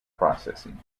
processing